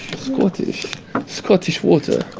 scottish scottish water